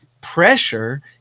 pressure